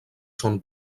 són